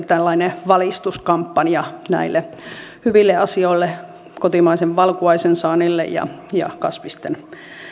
tällainen valistuskampanja näille hyville asioille kotimaisen valkuaisen saannille ja ja kasvisten